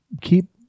keep